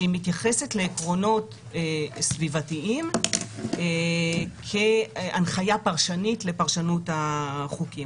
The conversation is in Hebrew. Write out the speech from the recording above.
שהיא מתייחסת לעקרונות סביבתיים כהנחיה פרשנית לפרשנות החוקים.